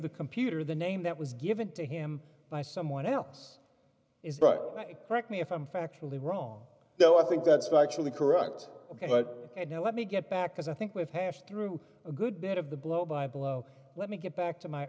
the computer the name that was given to him by someone else is but correct me if i'm factually wrong though i think that's factually correct ok but let me get back because i think we've hashed through a good bit of the blow by blow let me get back to my